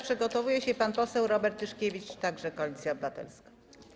Przygotowuje się pan poseł Robert Tyszkiewicz, także Koalicja Obywatelska.